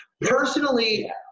Personally